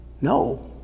No